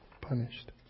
punished